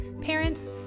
parents